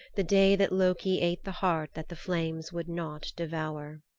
the day that loki ate the heart that the flames would not devour!